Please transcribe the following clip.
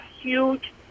huge